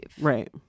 right